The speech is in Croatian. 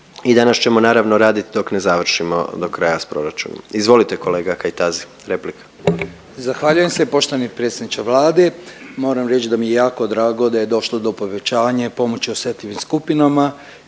i danas ćemo naravno radit dok ne završimo do kraja s proračunom. Izvolite kolega Kajtazi, replika. **Kajtazi, Veljko (Nezavisni)** Zahvaljujem se poštovani predsjedniče Vlade. Moram reći da mi je jako drago da je došlo do povećanja i pomoći osjetljivim skupinama